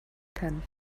tent